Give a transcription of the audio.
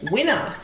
Winner